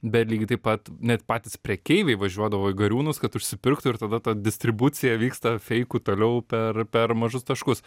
bet lygiai taip pat net patys prekeiviai važiuodavo į gariūnus kad užsipirktų ir tada ta distribucija vyksta feikų toliau per per mažus taškus